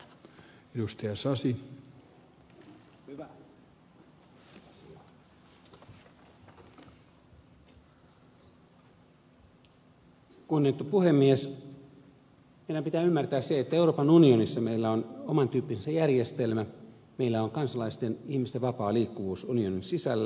meidän pitää ymmärtää se että euroopan unionissa meillä on omantyyppisensä järjestelmä meillä on kansalaisten ihmisten vapaa liikkuvuus unionin sisällä